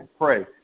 pray